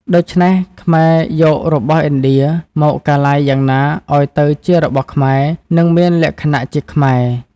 ដូច្នេះ ខ្មែរយករបស់ឥណ្ឌា មកកាឡៃយ៉ាងណាឱ្យទៅជារបស់ខ្មែរ និងមានលក្ខណៈជាខ្មែរ។